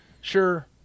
sure